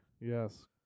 yes